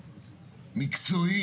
זה יותר מחלוקת ניסוחית,